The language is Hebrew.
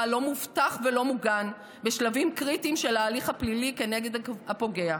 לא מובטח ולא מוגן בשלבים קריטיים של ההליך הפלילי כנגד הפוגע.